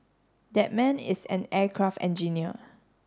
that man is an aircraft engineer